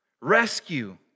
rescue